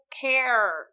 care